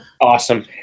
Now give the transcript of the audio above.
Awesome